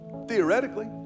Theoretically